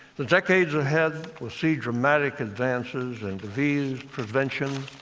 the decades ahead will see dramatic advances in disease prevention,